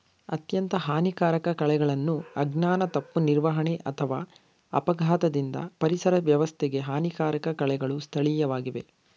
ಅತ್ಯಂತ ಹಾನಿಕಾರಕ ಕಳೆಗಳನ್ನು ಅಜ್ಞಾನ ತಪ್ಪು ನಿರ್ವಹಣೆ ಅಥವಾ ಅಪಘಾತದಿಂದ ಪರಿಸರ ವ್ಯವಸ್ಥೆಗೆ ಹಾನಿಕಾರಕ ಕಳೆಗಳು ಸ್ಥಳೀಯವಾಗಿವೆ